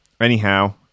Anyhow